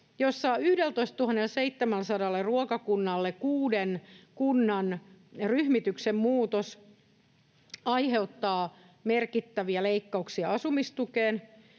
jossa 11 700 ruokakunnalle kuuden kunnan ryhmityksen muutos aiheuttaa merkittäviä leikkauksia asumistukeen,